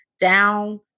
down